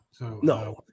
No